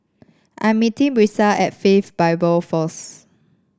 I'm meeting Brisa at Faith Bible first